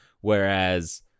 Whereas